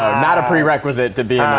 um not a prerequisite to be yeah